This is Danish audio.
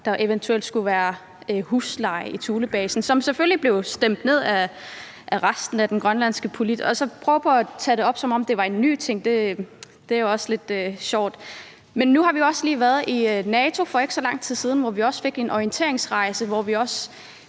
der eventuelt skulle være husleje i Thulebasen. Det var et forslag, som selvfølgelig blev stemt ned af resten af de grønlandske politikere, og at prøve på at tage det op, som om det var en ny ting, er lidt sjovt. Men nu har vi jo også lige været i NATO for ikke så lang tid siden, hvor vi også fik en orienteringsrejse, og hvor vi også